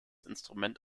instrument